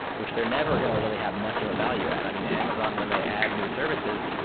which they're never going to really have much of a value add. i mean, amazon when they add new services,